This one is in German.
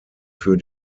für